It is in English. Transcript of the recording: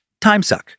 timesuck